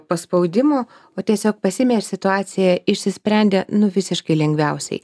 paspaudimo o tiesiog pasiėmė ir situacija išsisprendė nu visiškai lengviausiai